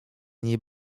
niej